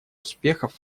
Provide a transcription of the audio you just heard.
успехов